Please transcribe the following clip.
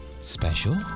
Special